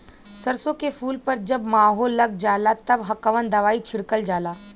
सरसो के फूल पर जब माहो लग जाला तब कवन दवाई छिड़कल जाला?